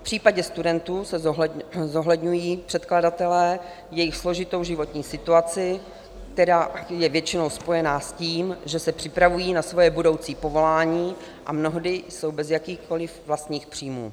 V případě studentů zohledňují předkladatelé jejich složitou životní situaci, která je většinou spojena s tím, že se připravují na svoje budoucí povolání a mnohdy jsou bez jakýchkoliv vlastních příjmů.